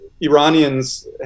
Iranians